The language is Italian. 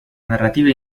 narrativa